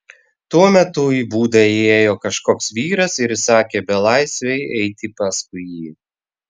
tuo metu į būdą įėjo kažkoks vyras ir įsakė belaisvei eiti paskui jį